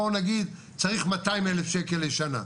בואו נגיד צריך מאתיים אלף שקל לשנה.